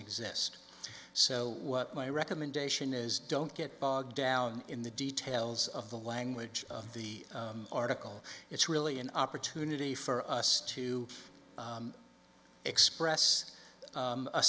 exist so what my recommendation is don't get bogged down in the details of the language of the article it's really an opportunity for us to express